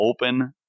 open